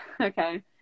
okay